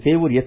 Sevur S